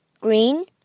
green